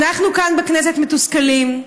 אנחנו כאן בכנסת מתוסכלים,